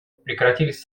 прекратились